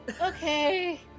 Okay